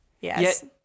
Yes